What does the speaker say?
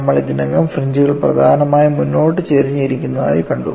നമ്മൾ ഇതിനകം ഫ്രിഞ്ച്കൾ പ്രധാനമായും മുന്നോട്ട് ചെരിഞ്ഞ് ഇരിക്കുന്നതായി കണ്ടു